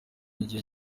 gihe